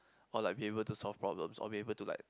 or like be able to solve problem or be able to like